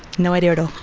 no idea at all.